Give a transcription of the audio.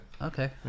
Okay